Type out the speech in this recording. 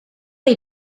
are